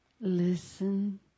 Listen